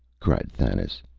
cried thanis.